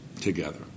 together